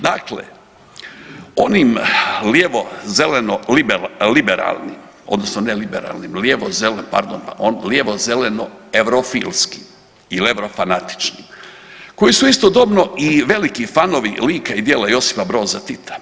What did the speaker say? Dakle, onim lijevo-zeleno liberalnim, odnosno ne liberalnim, lijevo-zeleno, pardon, lijevo-zeleno eurofilski ili eurofanatični, koji su istodobno i veliki fanovi lika i djela Josipa Broza Tita.